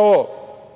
ovo